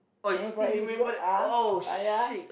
oh you still remember that !oh shit!